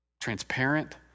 transparent